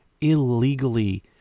illegally